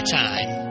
time